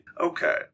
okay